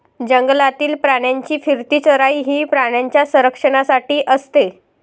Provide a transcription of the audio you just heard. जंगलातील प्राण्यांची फिरती चराई ही प्राण्यांच्या संरक्षणासाठी असते